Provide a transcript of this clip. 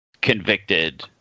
convicted